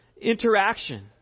interaction